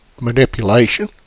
manipulation